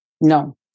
No